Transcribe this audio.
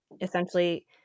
essentially